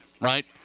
right